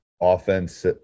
offense